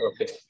okay